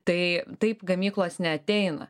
tai taip gamyklos neateina